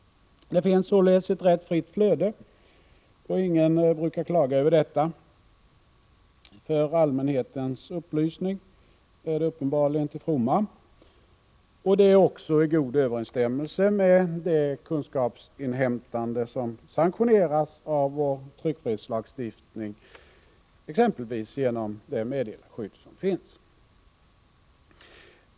Det finns således ett rätt fritt flöde, och ingen brukar klaga över detta. För allmänhetens upplysning är det uppenbarligen till fromma, och det är också i god överensstämmelse med det kunskapsinhämtande som sanktioneras av vår tryckfrihetslagstiftning, exempelvis genom det meddelarskydd som finns.